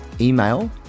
Email